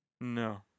No